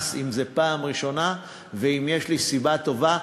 אם זו פעם ראשונה ואם יש לי סיבה טובה.